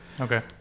okay